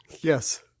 Yes